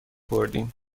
بردیم